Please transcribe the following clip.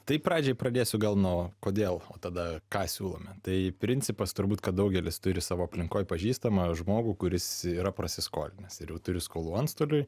tai pradžiai pradėsiu gal nuo kodėl tada ką siūlome tai principas turbūt kad daugelis turi savo aplinkoje pažįstamą žmogų kuris yra prasiskolinęs ir jau turi skolų antstoliui